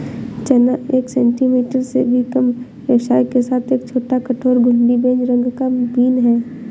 चना एक सेंटीमीटर से भी कम व्यास के साथ एक छोटा, कठोर, घुंडी, बेज रंग का बीन है